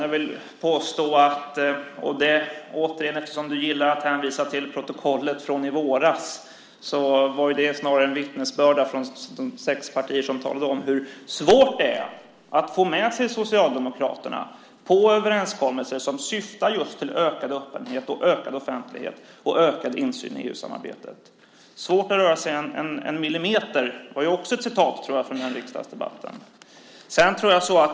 Jag vill återigen påstå - eftersom du gillar att hänvisa till protokollet från i våras - att det snarare var ett vittnesbörd från de sex partier som talade om hur svårt det är att få med sig Socialdemokraterna på överenskommelser som syftar just till ökad öppenhet, ökad offentlighet och ökad insyn i EU-samarbetet. "Svårt att röra sig en millimeter" är väl också ett citat från den riksdagsdebatten.